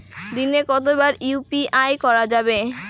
দিনে কতবার ইউ.পি.আই করা যাবে?